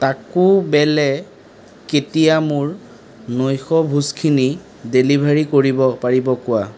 taco Bell কেতিয়া মোৰ নৈশভোজখিনি ডেলিভাৰী কৰিব পাৰিব কোৱা